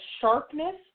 sharpness